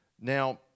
Now